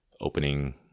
opening